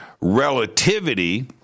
relativity